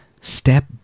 step